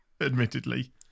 admittedly